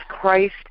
Christ